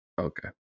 Okay